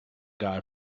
guy